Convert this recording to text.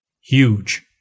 Huge